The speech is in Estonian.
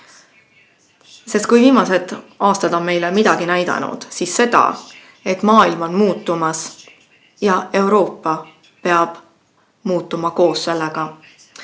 Kui viimased aastad on meile midagi näidanud, siis seda, et maailm on muutumas ja Euroopa peab muutuma koos sellega.